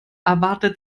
erwartet